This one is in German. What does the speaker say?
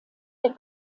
der